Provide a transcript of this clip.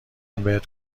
بهت